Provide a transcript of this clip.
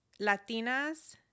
Latinas